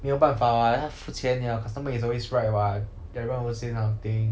没有办法 what 他付钱了 customer is always right what everyone always say this kind of thing